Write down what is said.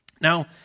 now